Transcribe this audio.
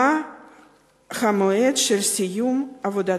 מה המועד של סיום עבודתה?